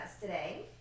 today